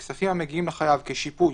"(8) (א) כספים המגיעים לחייב כשיפוי,